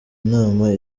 nama